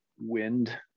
wind